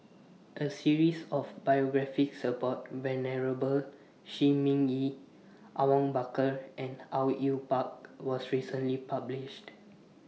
A series of biographies about Venerable Shi Ming Yi Awang Bakar and Au Yue Pak was recently published